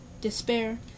Despair